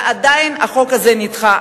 ועדיין החוק הזה נדחה.